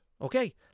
Okay